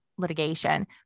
litigation